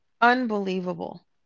Unbelievable